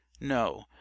no